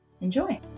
enjoy